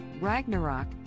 Ragnarok